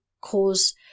cause